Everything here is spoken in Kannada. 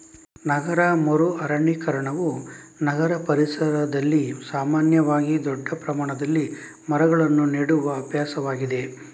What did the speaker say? ನಗರ ಮರು ಅರಣ್ಯೀಕರಣವು ನಗರ ಪರಿಸರದಲ್ಲಿ ಸಾಮಾನ್ಯವಾಗಿ ದೊಡ್ಡ ಪ್ರಮಾಣದಲ್ಲಿ ಮರಗಳನ್ನು ನೆಡುವ ಅಭ್ಯಾಸವಾಗಿದೆ